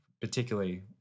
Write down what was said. particularly